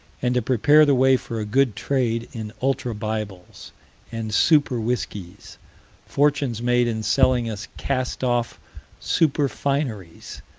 and to prepare the way for a good trade in ultra-bibles and super-whiskeys fortunes made in selling us cast-off super-fineries,